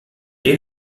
est